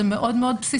זה מאוד מאוד בסיסי.